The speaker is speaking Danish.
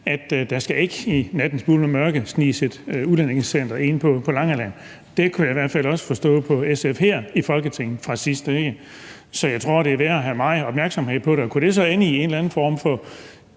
at der i nattens mulm og mørke ikke skal sniges et udrejsecenter ind på Langeland. Det kunne jeg i hvert fald også forstå på SF her i Folketinget sidst. Så jeg tror, der er ved at være meget opmærksomhed på det. Kunne det så ende i en eller anden form for,